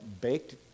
baked